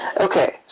Okay